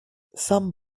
some